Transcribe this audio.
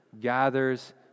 gathers